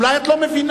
אולי את לא מבינה.